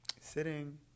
sitting